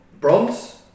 bronze